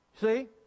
See